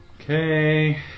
okay